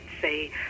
say